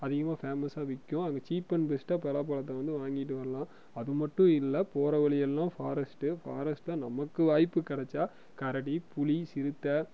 அதிகமாக ஃபேமஸ்ஸாக விற்கும் அதில் ச்சீப் அண்ட் பெஸ்ட்டாக பலாப்பழத்தை வந்து வாங்கிகிட்டு வரலாம் அது மட்டும் இல்லை போகற வழி எல்லாம் ஃபாரஸ்ட்டு ஃபாரஸ்ட்டு தான் நமக்கு வாய்ப்பு கிடச்சா கரடி புலி சிறுத்தை